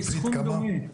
סופית כמה?